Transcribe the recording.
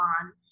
on